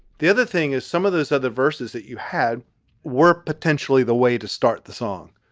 the other thing is some of those are the verses that you had were potentially the way to start the song.